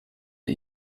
for